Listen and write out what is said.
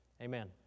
Amen